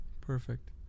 Perfect